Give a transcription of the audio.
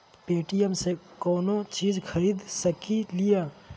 Paytm से कौनो चीज खरीद सकी लिय?